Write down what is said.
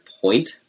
point